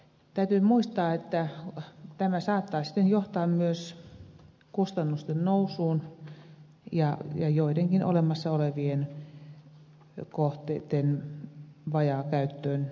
täytyy muistaa että tämä saattaa sitten johtaa myös kustannusten nousuun ja joidenkin olemassa olevien kohteitten vajaakäyttöön